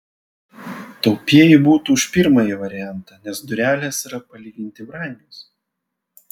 taupieji būtų už pirmąjį variantą nes durelės yra palyginti brangios